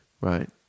Right